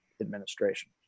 administration